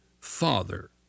Father